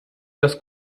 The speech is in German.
das